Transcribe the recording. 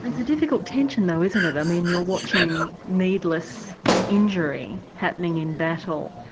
it's a difficult tension though, isn't it? i mean, you're watching needless injury happening in battle.